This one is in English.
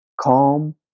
calm